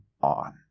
on